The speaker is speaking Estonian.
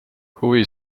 huvi